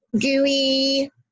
gooey